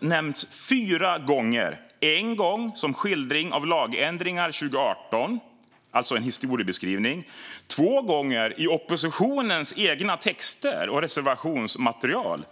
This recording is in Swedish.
nämns fyra gånger. En gång nämns det som skildring av lagändringar 2018, alltså som en historiebeskrivning. Två gånger nämns det i oppositionens egna texter och reservationsmaterial.